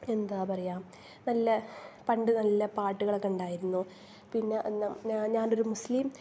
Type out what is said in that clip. എന്താണ് പറയുക നല്ല പണ്ട് നല്ല പാട്ടുകളൊക്കെ ഉണ്ടായിരുന്നു പിന്ന ഞാൻ ഒരു മുസ്ലിം